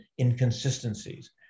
inconsistencies